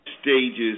stages